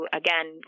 again